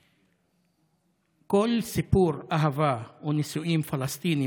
שמתייחס לכל סיפור הנישואים בין פלסטינים